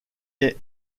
est